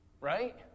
Right